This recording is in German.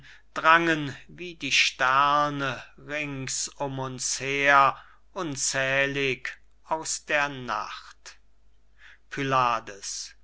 drangen wie die sterne rings um uns her unzählig aus der nacht pylades